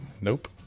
Nope